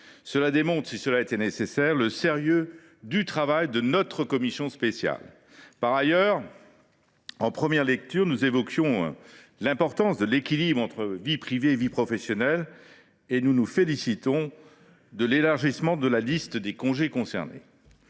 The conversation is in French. Cela démontre, si cela était nécessaire, le sérieux du travail de notre commission spéciale. Par ailleurs, en première lecture, nous évoquions l’importance de l’équilibre entre vie privée et vie professionnelle. Aussi, nous nous félicitons de l’élargissement de la liste des congés concernés